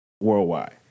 worldwide